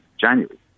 January